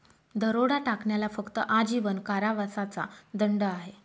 दरोडा टाकण्याला फक्त आजीवन कारावासाचा दंड आहे